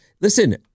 Listen